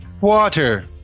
water